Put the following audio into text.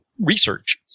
research